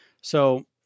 So-